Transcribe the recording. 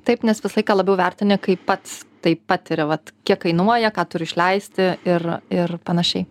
taip nes visą laiką labiau vertini kaip pats taip patiri vat kiek kainuoja ką turiu išleisti ir ir panašiai